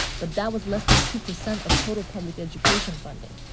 but that was less than two percent of total public education funding.